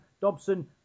Dobson